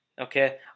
Okay